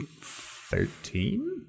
Thirteen